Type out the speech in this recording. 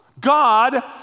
God